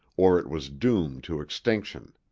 or it was doomed to extinction.